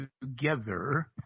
together